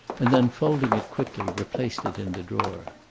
and then, folding it quickly, replaced it in the drawer.